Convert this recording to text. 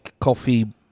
coffee